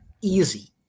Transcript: easy